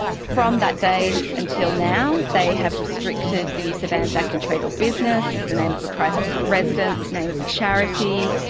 from that day until now they have restricted the use of anzac in trade or business, as the name of a residence, name of charity.